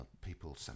people